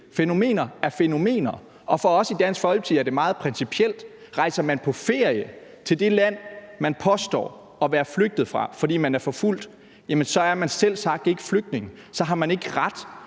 Fænomener er fænomener, og for os i Dansk Folkeparti er det et meget principielt spørgsmål: Rejser man på ferie til det land, man påstår at være flygtet fra, fordi man er forfulgt, så er man selvsagt ikke flygtning, og så har man ikke ret